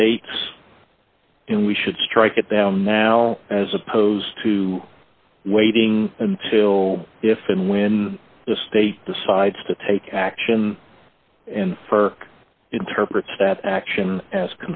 states and we should strike at them now as opposed to waiting until if and when the state decides to take action and for interprets that action as